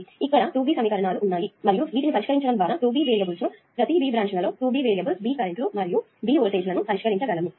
కాబట్టి ఇక్కడ 2 B సమీకరణాలు ఉన్నాయి మరియు వీటిని పరిష్కరించడం ద్వారా 2 B వేరియబుల్స్ ను మరియు ప్రతి B బ్రాంచ్ లలో 2B వేరియబుల్స్ B కరెంట్ లు మరియు B వోల్టేజ్ లను పరిష్కరించగలము